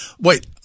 Wait